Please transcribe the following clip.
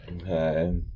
Okay